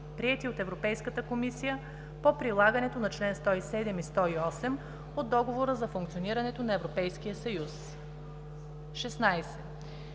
приети от Европейската комисия по прилагането на чл. 107 и 108 от Договора за функционирането на Европейския съюз. 16.